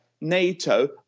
NATO